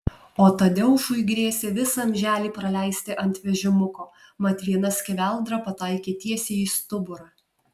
o tadeušui grėsė visą amželį praleisti ant vežimuko mat viena skeveldra pataikė tiesiai į stuburą